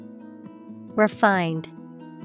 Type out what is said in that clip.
Refined